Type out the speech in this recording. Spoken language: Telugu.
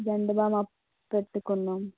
జండు బామ్ పెట్టుకున్నాం